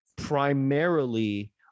primarily